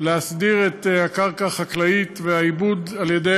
להסדיר את הקרקע החקלאית והעיבוד על-ידי